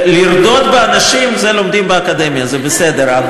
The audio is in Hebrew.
לרדות באנשים, את זה לומדים באקדמיה, זה בסדר.